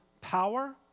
power